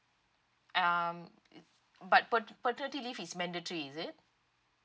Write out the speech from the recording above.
um but pat~ paternity leave is mandatory is it